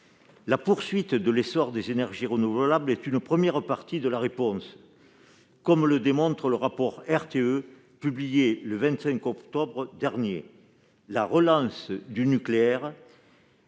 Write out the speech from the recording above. La poursuite de l'essor des énergies renouvelables est une première partie de la réponse, comme le démontre le rapport de RTE publié le 25 octobre dernier, mais la relance du nucléaire